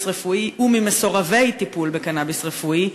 רפואי וממסורבי טיפול בקנאביס רפואי,